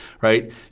right